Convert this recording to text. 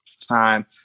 time